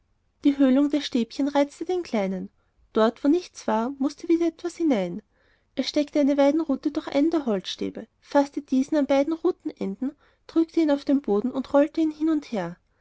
die höhlung der stäbchen reizte den kleinen dort wo nichts war mußte wieder etwas hinein er steckte eine weidenrute durch einen der holzstäbe faßte diesen an den rutenenden drückte ihn auf den boden und rollte ihn hin und her